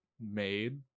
made